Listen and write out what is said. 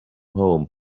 home